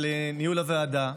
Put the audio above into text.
על ניהול הוועדה,